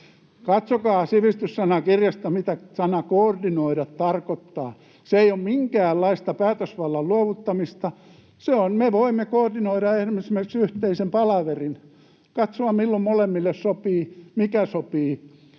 Katsokaa sivistyssanakirjasta, mitä sana ”koordinoida” tarkoittaa. Se ei ole minkäänlaista päätösvallan luovuttamista. Me voimme koordinoida esimerkiksi yhteisen palaverin, katsoa, milloin molemmille sopii, mikä sopii